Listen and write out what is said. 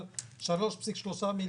אבל ..3 מיליארד